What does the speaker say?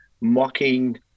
mocking